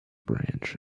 branch